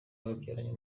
babyaranye